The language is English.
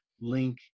link